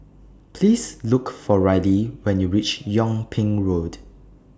Please Look For Rylee when YOU REACH Yung Ping Road